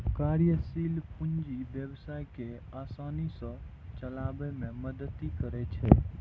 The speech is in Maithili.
कार्यशील पूंजी व्यवसाय कें आसानी सं चलाबै मे मदति करै छै